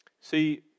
See